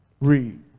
Read